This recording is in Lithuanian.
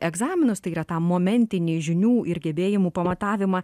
egzaminus tai yra tą momentinį žinių ir gebėjimų pamatavimą